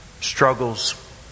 struggles